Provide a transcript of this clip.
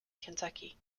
kentucky